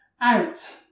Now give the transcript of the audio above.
out